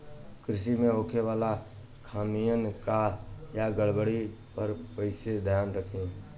कृषि में होखे वाला खामियन या गड़बड़ी पर कइसे ध्यान रखि?